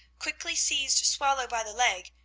quickly seized swallow by the leg,